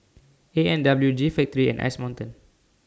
A and W G Factory and Ice Mountain